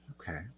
Okay